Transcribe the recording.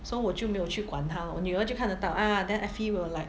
so 我就没有去管它我女儿就看得到 ah then effie will like